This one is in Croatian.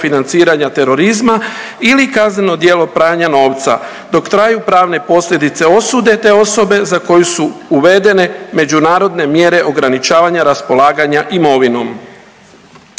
financiranja terorizma ili kazneno djelo pranja novca. Dok traju pravne posljedice osude te osobe za koju su uvedene međunarodne mjere ograničavanja raspolaganja imovinom.